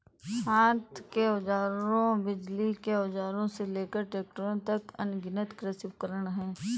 हाथ के औजारों, बिजली के औजारों से लेकर ट्रैक्टरों तक, अनगिनत कृषि उपकरण हैं